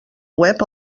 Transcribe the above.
web